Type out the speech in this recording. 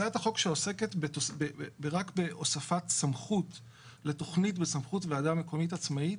הצעת החוק שעוסקת רק בהוספת סמכות לוועדה מקומית עצמאית,